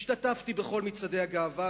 השתתפתי בכל מצעדי הגאווה,